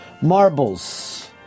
Marbles